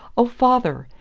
oh, father!